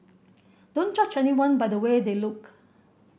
don't judge anyone by the way they look